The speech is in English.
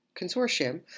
consortium